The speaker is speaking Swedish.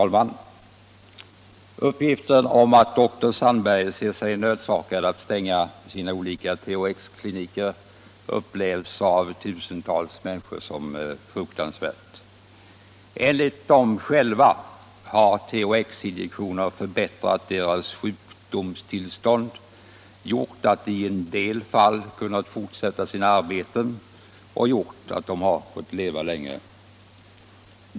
Herr talman! Att doktor Sandberg enligt uppgift ser sig nödsakad att stänga sina olika THX-kliniker upplevs av tusentals människor som fruktansvärt. Enligt dem själva har THX-injektioner förbättrat deras sjukdomstillstånd, i en del fall gjort att de kunnat fortsätta sina arbeten och att de fått leva längre.